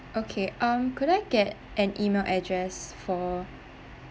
okay um could I get an email address for